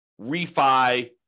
refi